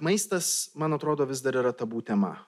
maistas man atrodo vis dar yra tabu tema